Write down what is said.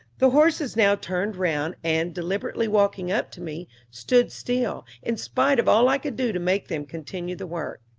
the horses now turned round, and, deliberately walking up to me, stood still, in spite of all i could do to make them continue the work.